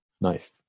Nice